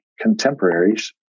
contemporaries